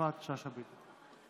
יפעת שאשא ביטון.